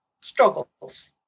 struggles